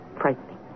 frightening